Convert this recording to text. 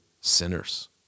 sinners